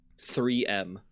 3M